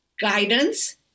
guidance